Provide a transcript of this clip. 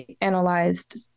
analyzed